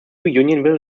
unionville